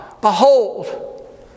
Behold